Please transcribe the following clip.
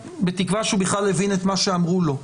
בתקווה שהוא בכלל הבין את מה שאמרו לו,